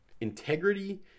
integrity